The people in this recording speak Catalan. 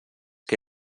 que